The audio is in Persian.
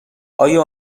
آیا